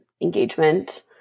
engagement